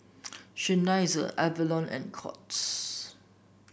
Seinheiser Avalon and Courts